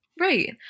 Right